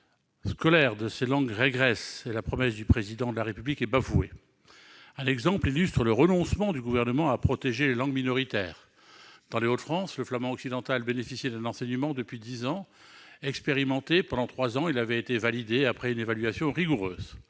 scolaire de ces langues régressent ... et la promesse du Président de la République est bafouée. Un exemple illustre le renoncement du Gouvernement à protéger les langues minoritaires. Dans les Hauts-de-France, le flamand occidental bénéficiait d'un enseignement depuis dix ans. Expérimenté pendant trois ans, celui-ci avait été validé après une évaluation rigoureuse.